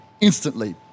instantly